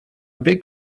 big